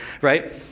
right